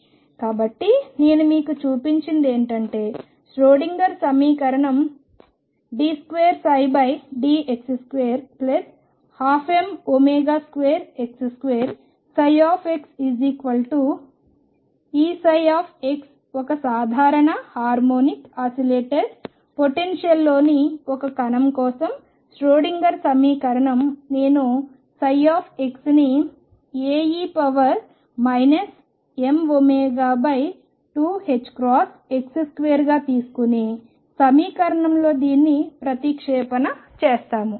కాబట్టి నేను మీకు చూపించినది ఏమిటంటే ష్రోడింగర్ సమీకరణం d2dx2 12m2x2xEψx ఒక సాధారణ హార్మోనిక్ ఆసిలేటర్ పొటెన్షియల్లోని ఒక కణం కోసం ష్రోడింగర్ సమీకరణం నేను ψ ని Ae mω2ℏx2 గా తీసుకుని సమీకరణంలో దీన్ని ప్రతిక్షేపణ చేస్తాము